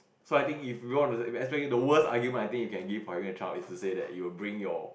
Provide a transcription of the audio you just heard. so I think if you want the worst argument I think you can give for having a child is to say that you'll bring your